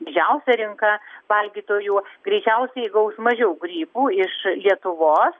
didžiausia rinka valgytojų greičiausiai gaus mažiau grybų iš lietuvos